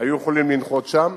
היו יכולים לנחות שם,